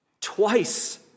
twice